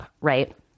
right